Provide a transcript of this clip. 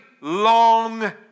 long